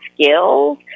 skills